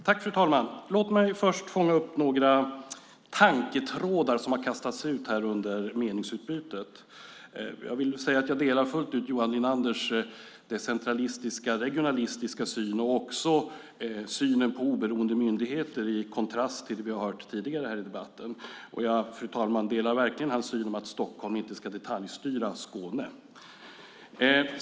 Fru talman! Låt mig fånga upp några tanketrådar som har kastats ut under meningsutbytet. Jag delar fullt ut Johan Linanders decentralistiska regionalistiska syn och synen på oberoende myndigheter i kontrast till vad vi har hört tidigare i debatten. Jag delar verkligen hans åsikt att Stockholm inte ska detaljstyra Skåne.